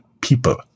people